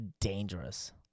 dangerous